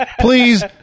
please